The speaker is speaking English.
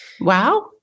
Wow